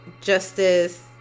justice